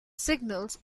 signals